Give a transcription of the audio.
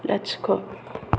लाथिख'